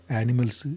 animals